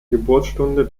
geburtsstunde